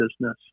business